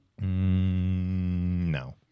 no